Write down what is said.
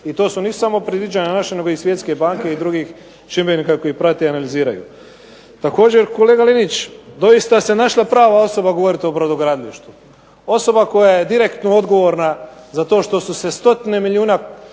I to nisu samo naša previđanja nego i Svjetske banke i drugih čimbenika koji prate i analiziraju. Također kolega LInić doista se našla prava osoba govoriti o brodogradilištu. Osoba koja je direktno odgovorna za to što su se milijuna